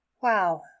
Wow